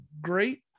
great